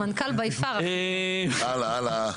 הלאה.